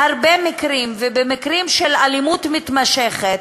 בהרבה מקרים, ובמקרים של אלימות מתמשכת,